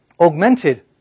augmented